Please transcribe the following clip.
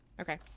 Okay